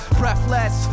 breathless